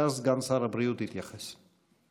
ואז שר הבריאות יתייחס.